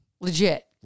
Legit